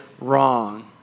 wrong